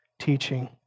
teaching